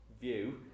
view